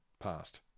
past